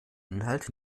inhalt